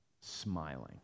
smiling